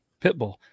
Pitbull